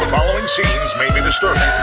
scenes may be disturbing.